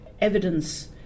evidence